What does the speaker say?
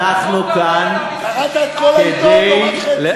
כאן כדי